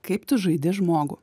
kaip tu žaidi žmogų